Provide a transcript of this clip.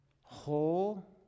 whole